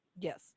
Yes